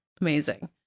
amazing